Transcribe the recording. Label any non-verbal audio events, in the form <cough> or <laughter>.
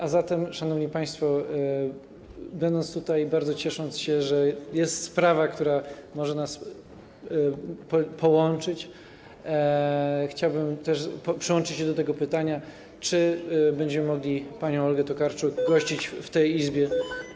A zatem, szanowni państwo, będąc tutaj, bardzo ciesząc się, że jest sprawa, która może nas połączyć, chciałbym też przyłączyć się do zadających pytanie, czy będziemy mogli <noise> panią Olgę Tokarczuk gościć w tej Izbie.